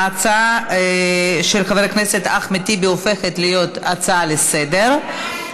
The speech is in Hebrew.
ההצעה של חבר הכנסת אחמד טיבי הופכת להיות הצעה לסדר-היום,